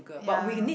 ya